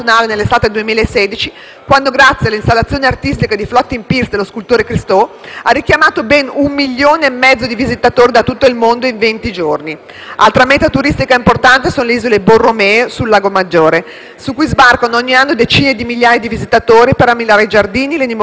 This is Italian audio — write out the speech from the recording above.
quando, grazie all'installazione artistica «Floating Piers» dello scultore Christo, ha richiamato ben un milione e mezzo di visitatori da tutto il mondo in venti giorni. Altra meta turistica importante sono le Isole Borromee sul Lago Maggiore, su cui sbarcano ogni anno decine di migliaia di visitatori per ammirare i giardini e le dimore storiche che le caratterizzano.